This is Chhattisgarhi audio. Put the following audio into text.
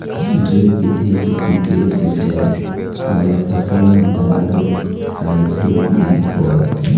ड्रिप बिधि किसम के सिंचई वाले फसल म जादा रोग राई घलोक नइ होवय